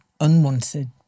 unwanted